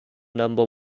number